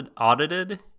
audited